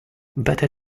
better